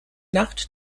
nacht